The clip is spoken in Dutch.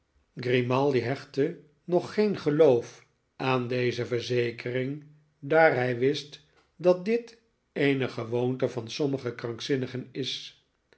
grimaldi hechtte nog geen geloof aan deze verzekering daar hij wist dat dit eene gewoonte van sommige krankzinnigen is